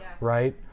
right